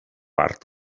art